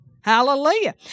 Hallelujah